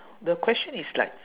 the question is like